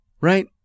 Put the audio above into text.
right